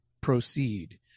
proceed